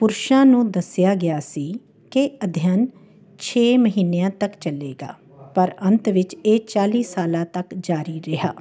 ਪੁਰਸ਼ਾਂ ਨੂੰ ਦੱਸਿਆ ਗਿਆ ਸੀ ਕਿ ਅਧਿਐਨ ਛੇ ਮਹੀਨਿਆਂ ਤੱਕ ਚੱਲੇਗਾ ਪਰ ਅੰਤ ਵਿੱਚ ਇਹ ਚਾਲੀ ਸਾਲਾਂ ਤੱਕ ਜਾਰੀ ਰਿਹਾ